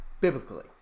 biblically